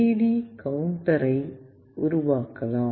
D கவுண்டரை உருவாக்கலாம்